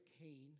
Cain